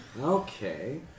Okay